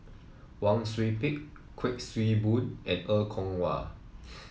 Wang Sui Pick Kuik Swee Boon and Er Kwong Wah